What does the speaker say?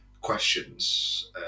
Questions